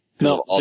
No